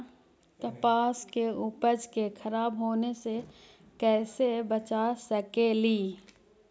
कपास के उपज के खराब होने से कैसे बचा सकेली?